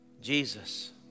Jesus